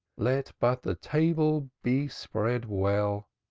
let but the table be spread well,